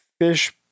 Fish